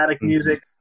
music